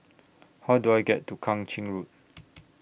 How Do I get to Kang Ching Road